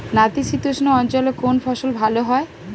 নাতিশীতোষ্ণ অঞ্চলে কোন ফসল ভালো হয়?